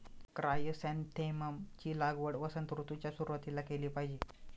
chrysanthemum ची लागवड वसंत ऋतूच्या सुरुवातीला केली पाहिजे